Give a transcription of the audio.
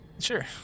Sure